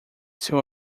seu